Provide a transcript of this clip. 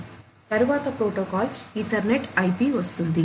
తరువాత protocol ethernet IP వస్తుంది